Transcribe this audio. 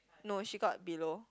no she got below